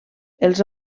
els